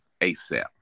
ASAP